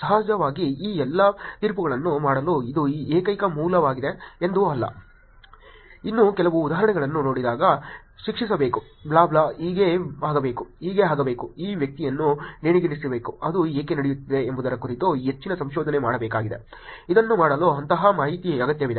ಸಹಜವಾಗಿ ಈ ಎಲ್ಲಾ ತೀರ್ಪುಗಳನ್ನು ಮಾಡಲು ಇದು ಏಕೈಕ ಮೂಲವಾಗಿದೆ ಎಂದು ಅಲ್ಲ ಇನ್ನೂ ಕೆಲವು ಉದಾಹರಣೆಗಳನ್ನು ನೋಡಿದಾಗ ಶಿಕ್ಷಿಸಬೇಕು ಬ್ಲಾ ಬ್ಲಾ ಹೀಗೆ ಆಗಬೇಕು ಹೀಗೆ ಆಗಬೇಕು ಈ ವ್ಯಕ್ತಿಯನ್ನು ನೇಣಿಗೇರಿಸಬೇಕು ಅದು ಏಕೆ ನಡೆಯುತ್ತಿದೆ ಎಂಬುದರ ಕುರಿತು ಹೆಚ್ಚಿನ ಸಂಶೋಧನೆ ಮಾಡಬೇಕಾಗಿದೆ ಇದನ್ನು ಮಾಡಲು ಅಂತಹ ಮಾಹಿತಿಯ ಅಗತ್ಯವಿದೆ